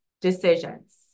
decisions